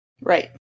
Right